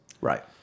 Right